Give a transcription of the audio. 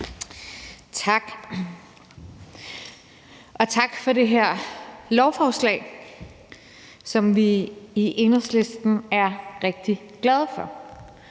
Tak, og tak for det her lovforslag, som vi i Enhedslisten er rigtig glade for.